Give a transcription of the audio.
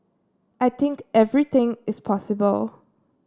I think everything is possible